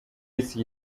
isi